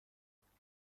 دادشمم